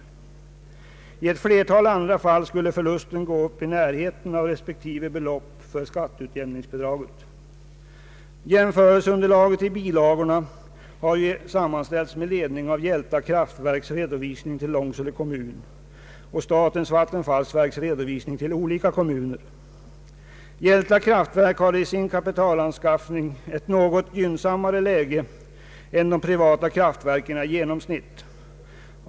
I ett flertal andra skulle förlusten gå upp i närheten av respektive belopp för skatteutjämningsbidraget. Jämförelseunderlaget i bilagorna har sam manställts med ledning av Hjälta kraftverks redovisning till Långsele kommun och statens vattenfallsverks redovisning till olika kommuner. Hjälta kraftverk har i sin kapitalanskaffning ett något gynnsammare läge än de privata kraftverken i genomsnitt.